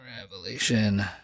Revelation